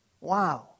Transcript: Wow